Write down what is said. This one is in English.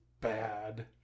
bad